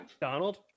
Donald